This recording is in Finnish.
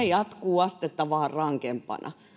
jatkuu vain astetta rankempana